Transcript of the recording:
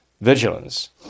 vigilance